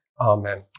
Amen